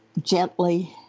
gently